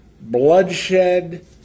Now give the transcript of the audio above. bloodshed